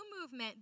movement